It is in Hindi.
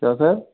क्या सर